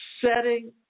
setting